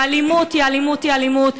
ואלימות היא אלימות היא אלימות,